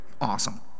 awesome